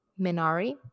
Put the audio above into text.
minari